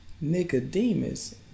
Nicodemus